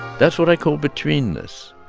that's what i call betweenness.